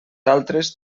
altres